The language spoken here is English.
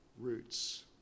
roots